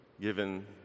given